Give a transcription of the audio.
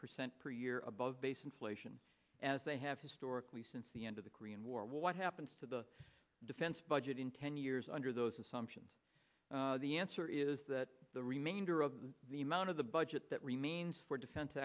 percent per year above base inflation as they have historically since the end of the korean war what happens to the defense budget in ten years under those assumptions the answer is that the remainder of the amount of the budget that remains for defense